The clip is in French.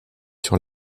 sur